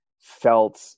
felt